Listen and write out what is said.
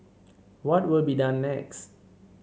what will be done next